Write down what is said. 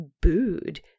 booed